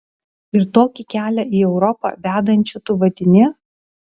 ir tokį kelią į europą vedančiu tu vadini